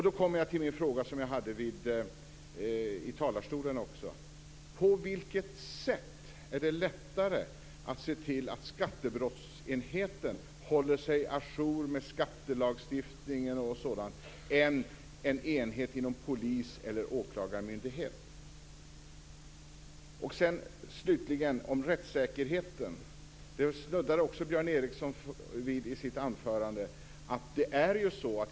Då kommer jag till min fråga som jag ställde från talarstolen: På vilket sätt är det lättare att se till att skattebrottsenheten håller sig à jour med skattelagstiftning och sådant än att se till att en enhet inom polis eller åklagarmyndigheterna gör det? Björn Ericson snuddade också vid rättssäkerheten i sitt anförande.